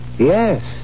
Yes